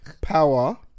power